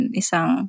isang